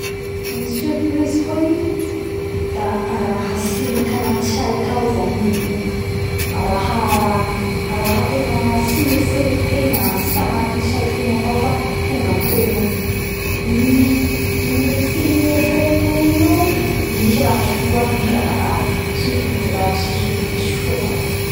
Ny raha surprise koa i da raha tsy tanaty saitegna tao zany i io raha tena tsy nieritseretitegan raha tsy tanaty saitegna fa tonga amitegna i i tsy eritseretitegna io misy raha soa misy raha raty surprise soa sy surprise raty zany